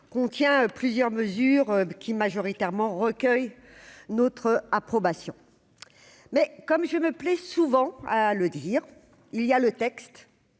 contient plusieurs mesures qui majoritairement recueille notre approbation, mais comme je me plais souvent à le dire, il y a le texte.